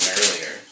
earlier